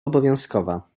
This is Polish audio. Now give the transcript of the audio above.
obowiązkowa